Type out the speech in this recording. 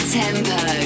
tempo